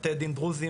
בתי דין דרוזיים,